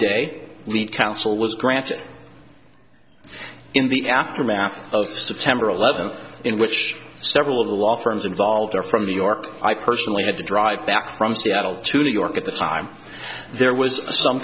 day we counsel was granted in the aftermath of september eleventh in which several of the law firms involved are from new york i personally had to drive back from seattle to new york at the time there was some